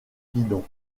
guidon